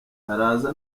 araza